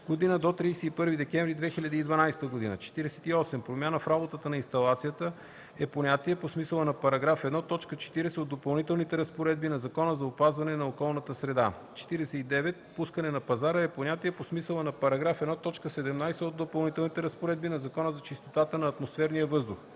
г. до 31 декември 2012 г. 48. „Промяна в работата на инсталацията” е понятие по смисъла на § 1, т. 40 от Допълнителните разпоредби на Закона за опазване на околната среда. 49. „Пускане на пазара” е понятие по смисъла на § 1, т. 17 от Допълнителните разпоредби на Закона за чистотата на атмосферния въздух.